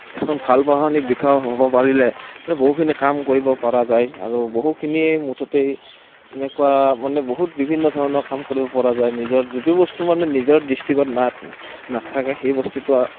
এজন ভাল প্ৰশাসনিক বিষয়া হ'ব পাৰিলে মানে বহুখিনি কাম কৰিব পৰা যায় আৰু বহুখিনি মুঠতে এনেকুৱা মানে বহুত বিভিন্ন ধৰণৰ কাম কৰিব পৰা যায় নিজৰ যিটো বস্তু মানে নিজৰ ডিষ্ট্ৰিকত নাই নাথাকে সেই বস্তুটো